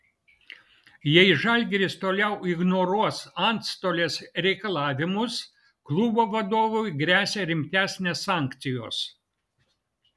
jei žalgiris toliau ignoruos antstolės reikalavimus klubo vadovui gresia rimtesnės sankcijos